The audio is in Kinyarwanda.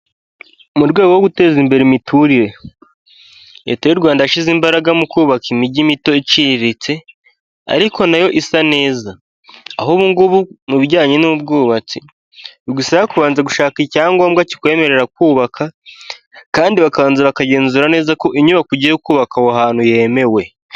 Mu rwego rwo guteza imbere imiturire, leta y'Urwanda yashyize imbaraga mu kubaka imijyi mito iciriritse, ariko nayo isa neza, aho ubu ngubu mu bijyanye n'ubwubatsi bagusaba kubanza gushaka icyangombwa kikwemerera kubaka, kandi bakabanza bakagenzura neza ko inyubako igiye kubaka aho hantu yemewe.